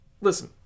Listen